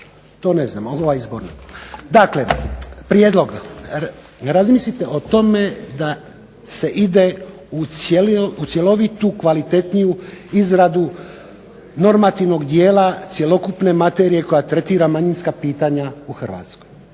to ne znam, ova izborna. Dakle, prijedlog razmislite o tome da se ide u cjelovitu, kvalitetniju izradu normativnog dijela cjelokupne materije koja tretira manjinska pitanja u Hrvatskoj.